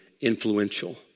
influential